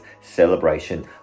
celebration